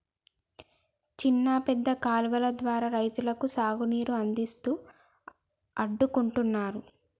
చిన్న పెద్ద కాలువలు ద్వారా రైతులకు సాగు నీరు అందిస్తూ అడ్డుకుంటున్నారు